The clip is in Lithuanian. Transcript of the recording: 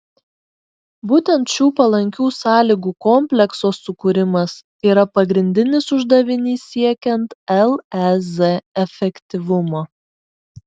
būtent šių palankių sąlygų komplekso sukūrimas yra pagrindinis uždavinys siekiant lez efektyvumo